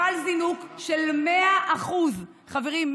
חל זינוק של 100% חברים,